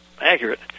accurate